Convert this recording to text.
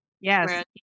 yes